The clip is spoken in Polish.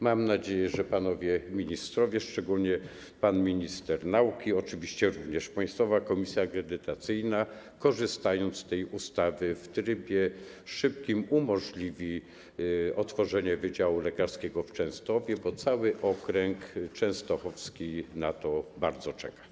Mam nadzieję, że panowie ministrowie, szczególnie pan minister nauki, oczywiście również Państwowa Komisja Akredytacyjna, korzystając z tej ustawy, w trybie szybkim umożliwią otworzenie wydziału lekarskiego w Częstochowie, bo cały okręg częstochowski na to bardzo czeka.